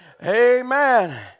Amen